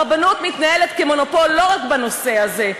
הרבנות מתנהלת כמונופול לא רק בנושא הזה.